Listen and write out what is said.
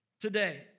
today